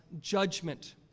judgment